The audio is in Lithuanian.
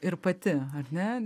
ir pati ar ne